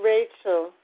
Rachel